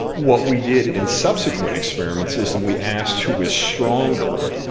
what we did in subsequent experiments is and we asked who was stronger,